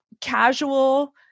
casual